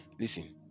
Listen